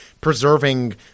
preserving